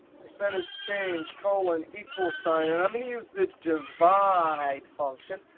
percentage change, colon, equals sign. and i'm going to use the divide function.